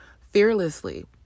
fearlessly